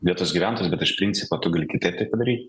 vietos gyventojus bet iš principo tu gali kitaip tai padaryt